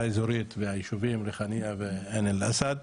האזורית והישובים ריחאניה ועין אל-אסד.